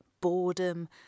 boredom